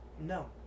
No